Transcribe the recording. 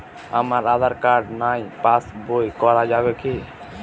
আমার আঁধার কার্ড নাই পাস বই করা যাবে কি?